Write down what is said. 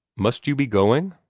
must you be going?